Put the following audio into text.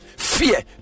fear